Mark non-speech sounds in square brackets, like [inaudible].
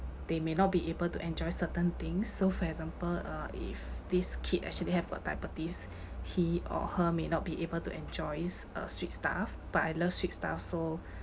they may not be able to enjoy certain things so for example uh if this kid actually have a diabetes [breath] he or her may not be able to enjoys a sweet stuff but I love sweets stuff so